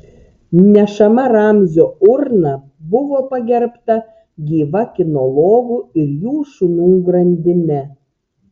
nešama ramzio urna buvo pagerbta gyva kinologų ir jų šunų grandine